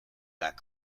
that